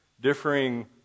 differing